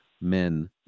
men